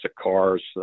cars